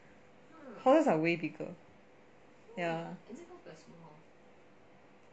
horses are way bigger ya